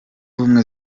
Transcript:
ubumwe